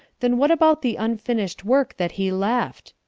then what about the unfinished work that he left?